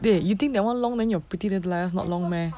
eh you think that one long then your pretty little liars not long meh